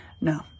No